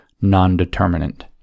non-determinant